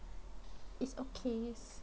it's okay